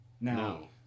No